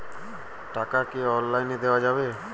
টাকা কি অনলাইনে দেওয়া যাবে?